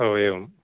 ओ एवम्